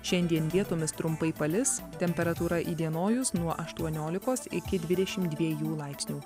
šiandien vietomis trumpai palis temperatūra įdienojus nuo aštuoniolikos iki dvidešim dviejų laipsnių